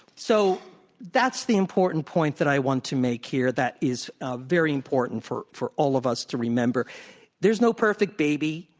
so that's the important point that i want to make here that is ah very important for for all of us to remember there's no perfect baby,